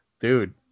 dude